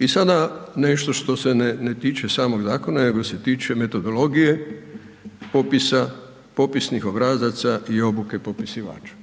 I sada nešto što se ne tiče samog zakona nego se tiče metodologije popisa, popisinih obrazaca i obuke popisivača.